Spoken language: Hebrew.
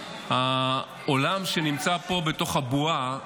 העולם שנמצא פה, בתוך הבועה,